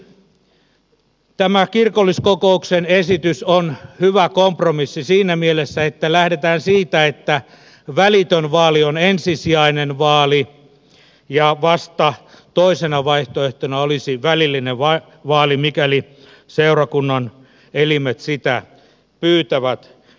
kuitenkin tämä kirkolliskokouksen esitys on hyvä kompromissi siinä mielessä että lähdetään siitä että välitön vaali on ensisijainen vaali ja vasta toisena vaihtoehtona olisi välillinen vaali mikäli seurakunnan elimet sitä pyytävät